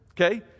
okay